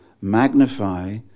magnify